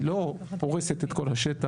היא לא פורסת את כל השטח.